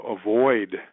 avoid